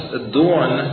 adorn